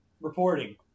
Reporting